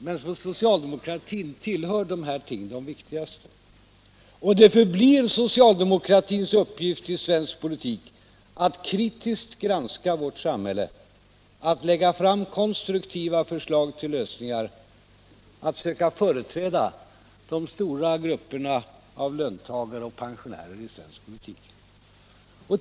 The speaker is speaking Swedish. Men för socialdemokratin tillhör dessa frågor de viktigaste, och det förblir en socialdemokratins uppgift i svensk politik att kritiskt granska vårt samhälle, att lägga fram konstruktiva förslag till lösningar och att söka företräda de stora grupperna av löntagare och pensionärer i svensk politik.